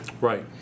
Right